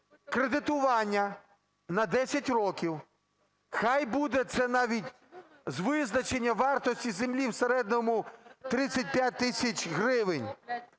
кредитування на 10 років, хай буде це навіть з визначення вартості землі в середньому 35 тисяч гривень,